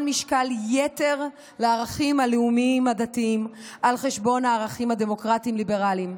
משקל יתר לערכים הלאומיים-דתיים על חשבון הערכים הדמוקרטיים-ליברליים.